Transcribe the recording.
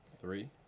three